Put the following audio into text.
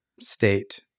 state